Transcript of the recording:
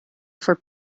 for